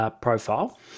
Profile